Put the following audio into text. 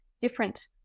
different